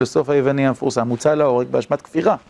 בסוף היווני המפורסם מוצא להורג באשמת כפירה